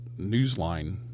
Newsline